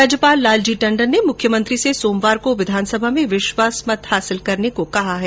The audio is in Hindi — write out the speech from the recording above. राज्यपाल लालजी टंडन ने मुख्यमंत्री से सोमवार को विधानसभा में विश्वास मत हासिल करने को कहा है